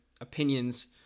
opinions